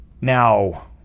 Now